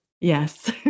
Yes